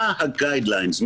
מה ה-guidelines?